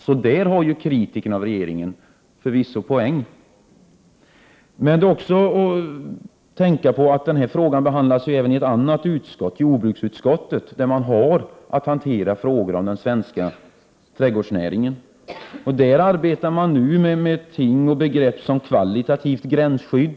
På den punkten har regeringens kritiker förvisso en poäng. Denna fråga behandlas också i ett annat utskott, nämligen jordbruksut skottet, som har att hantera frågor om den svenska trädgårdsnäringen. Där = Prot. 1988/89:124 arbetar man nu med begrepp som kvalitativt gränsskydd.